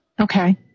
Okay